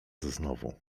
znowu